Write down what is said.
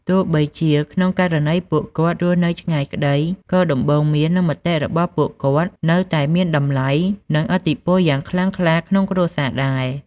ទោះបីជាក្នុងករណីពួកគាត់រស់នៅឆ្ងាយក្ដី ក៏ដំបូន្មាន និងមតិរបស់ពួកគាត់នៅតែមានតម្លៃ និងឥទ្ធិពលយ៉ាងខ្លាំងខ្លាក្នុងគ្រួសារដែរ។